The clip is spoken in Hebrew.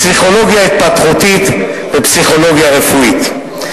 פסיכולוגיה התפתחותית ופסיכולוגיה רפואית.